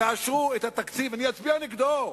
תאשרו את התקציב אני אצביע נגדו.